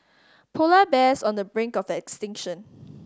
polar bears on the brink of extinction